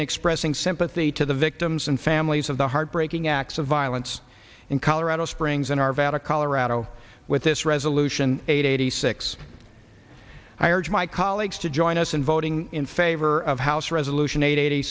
in expressing sympathy to the victims and families of the heartbreaking acts of violence in colorado springs in arvada colorado with this resolution eight eighty six i urge my colleagues to join us in voting in favor of house resolution eight